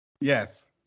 yes